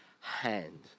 hand